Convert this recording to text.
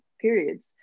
periods